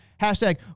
Hashtag